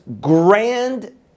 grand